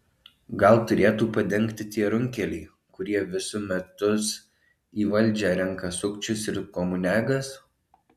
gal turėtų padengti tie runkeliai kurie visu metus į valdžią renka sukčius ir komuniagas